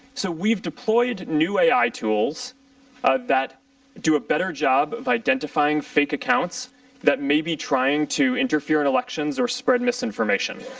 so deployed new ai tools ah that do a better job identifying fake accounts that may be trying to interfere in elections or spread misinformation.